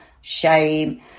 shame